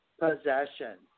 possession